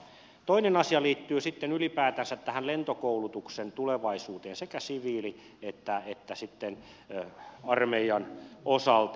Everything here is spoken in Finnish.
toinen asia liittyy sitten ylipäätänsä tähän lentokoulutuksen tulevaisuuteen sekä siviilipuolen että armeijan osalta